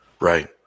Right